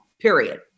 period